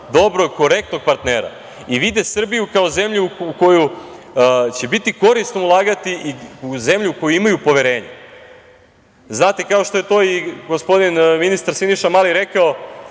dobrog, korektnog partnera i vide Srbiju kao zemlju u koju će biti korisno ulagati i u zemlju u koju imaju poverenja. Znate, kao što je to i gospodin ministar Siniša Mali rekao,